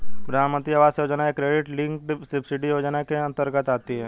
प्रधानमंत्री आवास योजना एक क्रेडिट लिंक्ड सब्सिडी योजना के अंतर्गत आती है